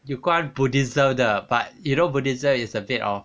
有关 buddhism 的 but you know buddhism is a bit of